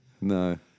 No